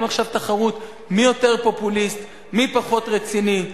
עכשיו תחרות מי יותר פופוליסט ומי פחות רציני.